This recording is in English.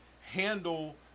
handle